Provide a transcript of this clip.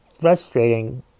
frustrating